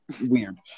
weird